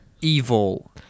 Evil